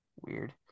Weird